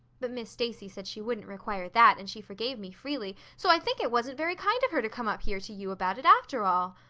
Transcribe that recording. but miss stacy said she wouldn't require that, and she forgave me freely. so i think it wasn't very kind of her to come up here to you about it after all.